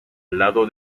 lado